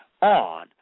on